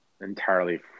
entirely